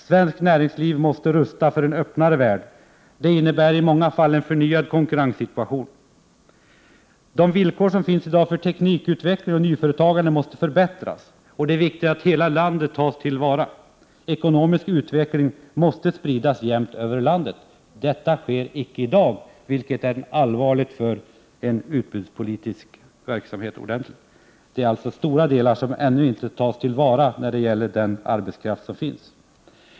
Svenskt näringsliv måste rusta för en öppnare värld. Det innebär i många fall en förnyad konkurrenssituation. De villkor som gäller i dag för teknikutveckling och nyföretagande måste förbättras. Det är viktigt att hela landet tas till vara. Ekonomisk utveckling måste spridas jämnt över hela landet. Detta sker icke i dag, vilket är allvarligt för en utbudspolitisk verksamhet. Stora delar av den arbetskraft som finns tas alltså ännu inte till vara.